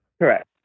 correct